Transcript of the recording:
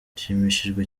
nshimishijwe